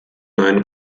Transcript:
neuen